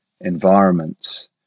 environments